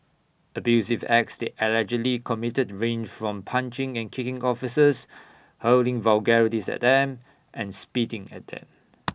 abusive acts allegedly committed range from punching and kicking officers hurling vulgarities at them and spitting at them